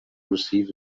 receive